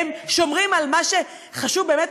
הם שומרים על מה שחשוב באמת,